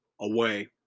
away